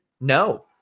No